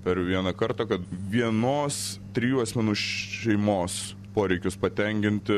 per vieną kartą kad vienos trijų asmenų šeimos poreikius patenkinti